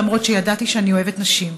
למרות שידעתי שאני אוהבת נשים.